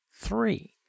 three